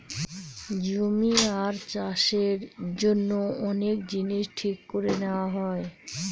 জমি আর চাষের জন্য অনেক জিনিস ঠিক করে নেওয়া হয়